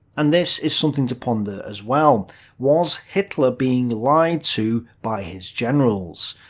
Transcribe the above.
and this is something to ponder as well was hitler being lied to by his generals?